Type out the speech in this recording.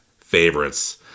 favorites